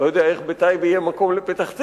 אני לא יודע איך בטייבה יהיה מקום לפתח-תקווה,